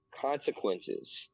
Consequences